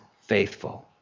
faithful